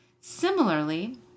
Similarly